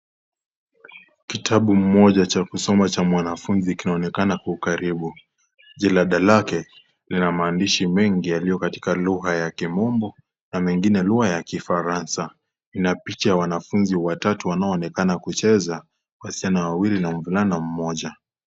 Kitabu moja cha kusoma cha mwanafunzi kinaonekana kwa ukaribu. Jalada lake lina maandishi mengi yaliyo katika lugha ya Kimombo na mengine lugha ya Kifaransa na picha ya wanafunzi watatu wanaoonekana kucheza. Wasichana wawili na mvulana mmoja.